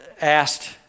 asked